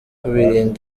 kubirinda